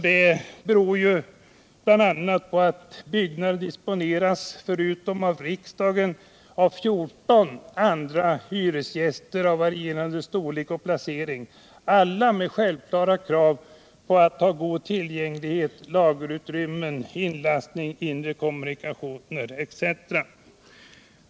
Det beror bl.a. på att byggnaden disponeras, förutom av riksdagen, av fjorton andra hyresgäster av varierande storlek och placering, alla med självklara krav på god tillgänglighet, lagerutrymmen., inlastningsmöjligheter, inre kommunikationer etc.